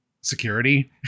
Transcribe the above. security